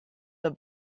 the